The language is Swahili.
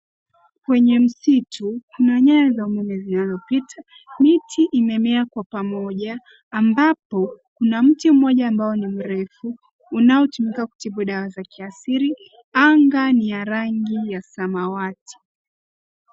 Kwenye msitu kuna nyaya za umeme zinazopita. Miti imemea kwa pamoja ambapo kuna mti mmoja ambao ni mrefu unaotumika kutibu, dawa za kiasili. Anga ni ya rangi ya samawati.